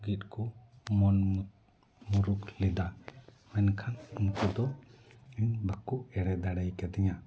ᱜᱮᱫ ᱠᱚ ᱢᱚᱱ ᱢᱩᱨᱩᱠ ᱞᱮᱫᱟ ᱢᱮᱱᱠᱷᱟᱱ ᱩᱱᱠᱩ ᱫᱚ ᱤᱧ ᱵᱟᱠᱚ ᱮᱸᱲᱮ ᱫᱟᱲᱮ ᱠᱟᱣᱫᱤᱧᱟ